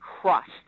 crust